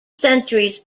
centuries